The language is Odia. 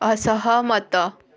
ଅସହମତ